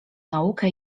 naukę